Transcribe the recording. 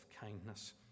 kindness